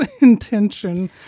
intention